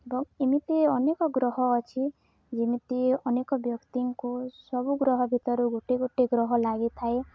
ଏବଂ ଏମିତି ଅନେକ ଗ୍ରହ ଅଛି ଯେମିତି ଅନେକ ବ୍ୟକ୍ତିଙ୍କୁ ସବୁ ଗ୍ରହ ଭିତରୁ ଗୋଟେ ଗୋଟେ ଗ୍ରହ ଲାଗିଥାଏ